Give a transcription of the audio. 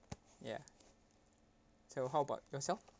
ya so how about yourself